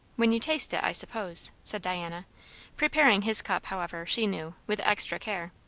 when you taste it, i suppose, said diana preparing his cup, however, she knew, with extra care.